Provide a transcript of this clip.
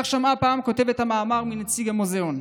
כך שמעה פעם כותבת המאמר מנציג המוזיאון.